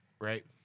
right